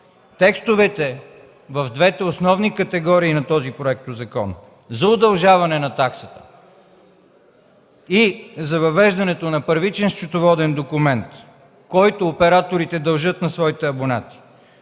текстовете в двете основни категории на този проектозакон за удължаване на таксата и за въвеждането на първичен счетоводен документ, който операторите дължат на своите абонати,